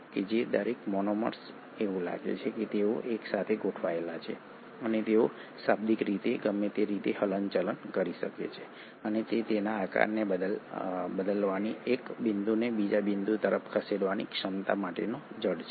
આ દરેક મોનોમર્સ એવું લાગે છે કે તેઓ એક સાથે ગોઠવાયેલા છે અને તેઓ શાબ્દિક રીતે ગમે તે રીતે હલનચલન કરી શકે છે અને તે તેના આકારને બદલવાની એક બિંદુને બીજા બિંદુ તરફ ખસેડવાની ક્ષમતા માટેનો જડ છે